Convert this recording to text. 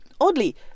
Oddly